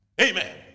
Amen